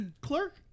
clerk